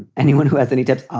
anyone who has any depth.